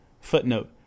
Footnote